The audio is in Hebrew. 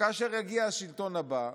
שכאשר יגיע השלטון הבא,